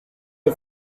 the